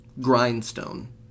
Grindstone